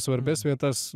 svarbias vietas